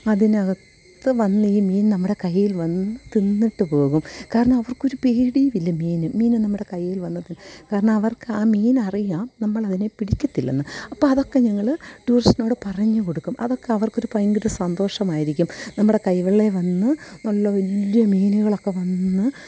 അതിനകത്ത് വന്ന് ഈ മീന് നമ്മുടെ കയ്യില് വന്ന് തിന്നിട്ട് പോകും കാരണം അവര്ക്കൊരു പേടിയുമില്ല മീൻ മീൻ നമ്മുടെ കയ്യില് വന്ന് കാരണം അവര്ക്ക് ആ മീനിനറിയാം നമ്മളതിനെ പിടിക്കത്തില്ലെന്ന് അപ്പം അതൊക്കെ ഞങ്ങൾ ടൂറിസ്റ്റിനോട് പറഞ്ഞു കൊടുക്കും അതൊക്കെ അവര്ക്കൊരു ഭയങ്കര സന്തോഷമായിരിക്കും നമ്മുടെ കൈവെള്ളയിൽ വന്ന് നല്ല വലിയ മീനുകളൊക്കെ വന്ന്